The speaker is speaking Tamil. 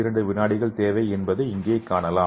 22 வினாடிகள் தேவை என்பதை இங்கே காணலாம்